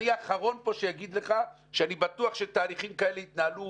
אני האחרון פה שיגיד לך שאני בטוח שתהליכים כאלה התנהלו